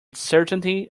certainty